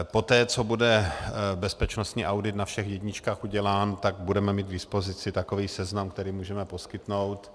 Poté co bude bezpečnostní audit na všech jedničkách udělán, tak budeme mít k dispozici takový seznam, který můžeme poskytnout.